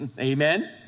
amen